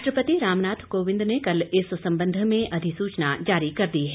राष्ट्रपति रामनाथ कोविंद ने कल इस संबंध में अधिसूचना जारी कर दी है